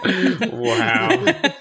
Wow